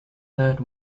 third